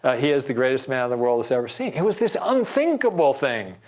ah he is the greatest man the world has ever seen. it was this unthinkable thing.